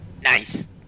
Nice